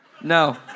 No